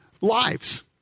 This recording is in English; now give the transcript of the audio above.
lives